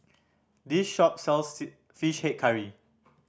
this shop sells Fish Head Curry